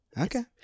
Okay